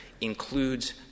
includes